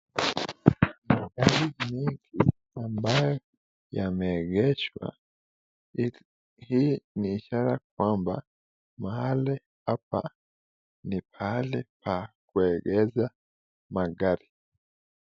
Gari mengi ambayo yameengeshwa, hii ni ishara kwamba mahali hapa ni pahali pa kuegeza magari